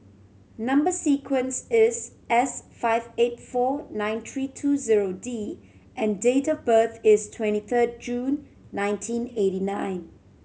number sequence is S five eight four nine three two zero D and date of birth is twenty third June nineteen eighty nine